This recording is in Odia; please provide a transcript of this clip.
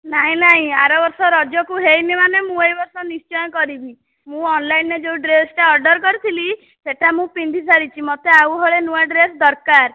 ନାଇଁ ନାଇଁ ଆର ବର୍ଷ ରଜକୁ ହେଇନି ମାନେ ମୁଁ ଏହି ବର୍ଷ ମୁଁ ନିଶ୍ଚୟ କରିବି ମୁଁ ଅନ୍ଲାଇନିରେ ଯେଉଁ ଡ୍ରେସ୍ଟା ଅର୍ଡ଼ର କରିଥିଲି ସେଇଟା ମୁଁ ପିନ୍ଧିସାରିଛି ମୋତେ ଆଉ ହଳେ ନୂଆ ଡ୍ରେସ୍ ଦରକାର